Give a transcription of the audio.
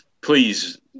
please